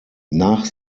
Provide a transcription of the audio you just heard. nach